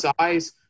size